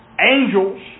angels